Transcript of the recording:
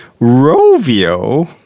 Rovio